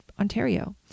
Ontario